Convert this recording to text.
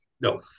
No